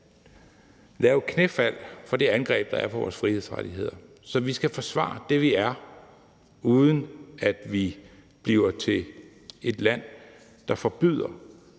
lave et knæfald for det angreb, der er på vores frihedsrettigheder. Så vi skal forsvare det, vi er, uden at vi bliver til et land, der forbyder